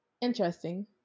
Interesting